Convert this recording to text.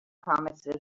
promises